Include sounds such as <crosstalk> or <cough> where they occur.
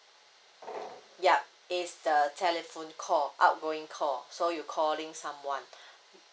yup it's the telephone call outgoing call so you calling someone <breath>